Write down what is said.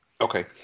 Okay